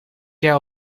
jaar